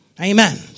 Amen